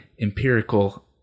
empirical